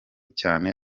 cyane